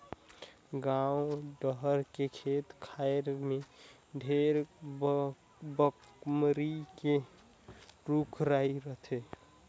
गाँव डहर के खेत खायर में ढेरे बमरी के रूख राई रथे